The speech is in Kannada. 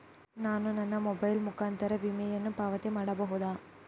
ನಾನು ನನ್ನ ಮೊಬೈಲ್ ಮುಖಾಂತರ ವಿಮೆಯನ್ನು ಪಾವತಿ ಮಾಡಬಹುದಾ?